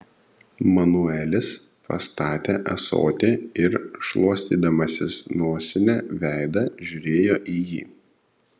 manuelis pastatė ąsotį ir šluostydamasis nosine veidą žiūrėjo į jį